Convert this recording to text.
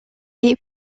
est